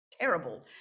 terrible